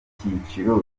cyiciro